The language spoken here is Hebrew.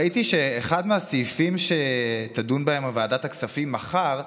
ראיתי שאחד מהסעיפים שתדון בהם ועדת הכספים מחר,